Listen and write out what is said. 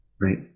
right